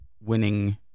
winning